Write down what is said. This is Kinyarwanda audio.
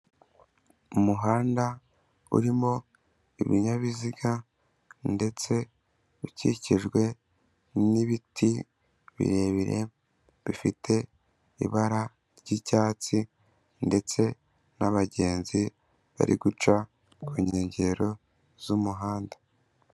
Umuhanda urimo ibinyabiziga ndetse ukikijwe n'ibiti birebire bifite ibara ry'icyatsi ndetse n'abagenzi bari guca ku nkengero z'umuhanda.